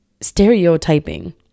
stereotyping